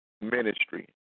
ministry